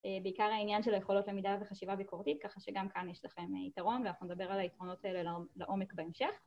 ‫בעיקר העניין של היכולות למידה ‫וחשיבה ביקורתית, ‫ככה שגם כאן יש לכם יתרון ‫ואנחנו נדבר על היתרונות האלה לעומק בהמשך.